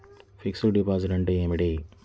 Fixed డిపాజిట్లు అంటే ఏమిటి?